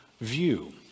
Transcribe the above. view